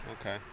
Okay